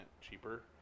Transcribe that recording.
cheaper